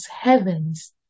heavens